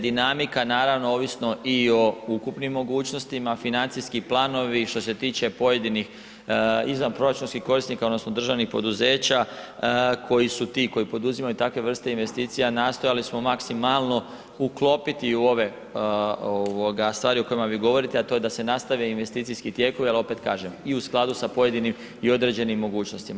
Dinamika naravno, ovisno i o ukupnim mogućnostima, financijski planovi što se tiče pojedinih izvanproračunskih korisnika odnosno državnih poduzeća koji su ti koji poduzimaju takve vrste investicija, nastojali smo maksimalno uklopiti u ove stvari o kojima vi govorite, a to je da se nastave investicijski tijekovi, ali opet kažem, i u skladu sa pojedinim i određenim mogućnostima.